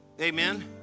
Amen